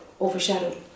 overshadowed